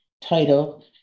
title